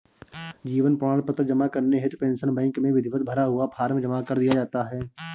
जीवन प्रमाण पत्र जमा करने हेतु पेंशन बैंक में विधिवत भरा हुआ फॉर्म जमा कर दिया जाता है